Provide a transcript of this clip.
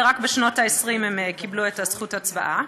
רק בשנות ה-20 הן קיבלו את זכות ההצבעה.